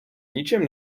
ničem